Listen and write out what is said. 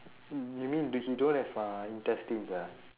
you mean but he don't have uh intestines ah